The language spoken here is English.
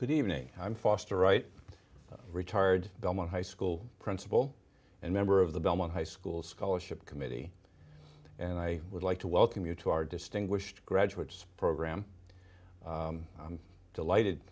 good evening i'm foster right retired belmont high school principal and member of the belmont high school scholarship committee and i would like to welcome you to our distinguished graduates program i'm delighted